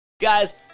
Guys